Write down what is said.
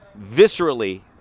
viscerally